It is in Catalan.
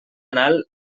anal